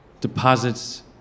deposits